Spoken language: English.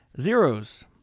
Zeros